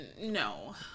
No